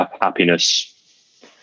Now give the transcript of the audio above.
happiness